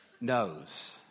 knows